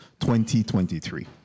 2023